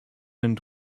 and